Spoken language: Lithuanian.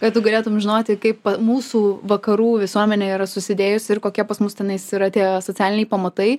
kad tu galėtum žinoti kaip mūsų vakarų visuomenė yra susidėjus ir kokie pas mus tenais yra tie socialiniai pamatai